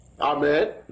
Amen